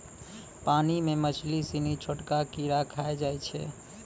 पानी मे मछली सिनी छोटका कीड़ा खाय जाय छै